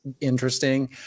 interesting